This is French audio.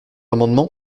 amendement